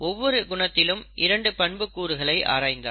ஒவ்வொரு குணத்திலும் இரண்டு பண்புக் கூறுகளை ஆராய்ந்தார்